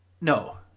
no